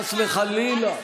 חס וחלילה.